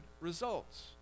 results